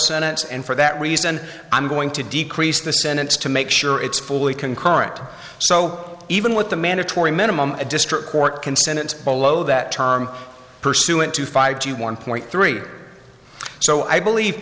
sentence and for that reason i'm going to decrease the sentence to make sure it's fully concurrent so even with the mandatory minimum a district court can sentence below that term pursuant to five to one point three so i believe